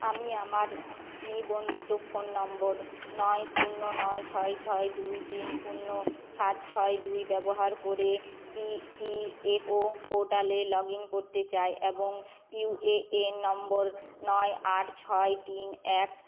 আমি আমার নিবন্ধিত ফোন নম্বর নয় শূন্য নয় ছয় ছয় দুই তিন শূন্য সাত ছয় দুই ব্যবহার করে ইপিএফও পোর্টালে লগ ইন করতে চাই এবং ইউএএন নম্বর নয় আট ছয় তিন এক